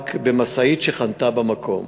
הנהג במשאית שחנתה במקום.